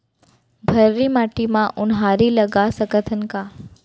भर्री माटी म उनहारी लगा सकथन का?